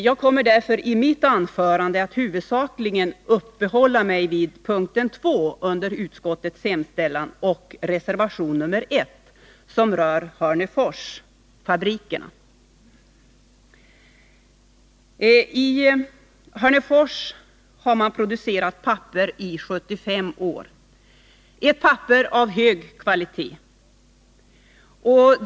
Jag kommer därför i mitt anförande att huvudsakligen uppehålla mig vid punkt 2 under utskottets hemställan och reservation 1, som bl.a. rör Hörneforsfabriken. I Hörnefors har man producerat papper i 75 år, ett papper av hög kvalitet.